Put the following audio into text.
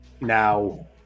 Now